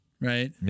right